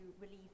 relieve